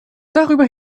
darüber